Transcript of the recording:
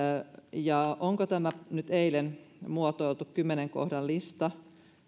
onko tämä nyt eilen muotoiltu kymmenen kohdan lista